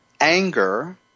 anger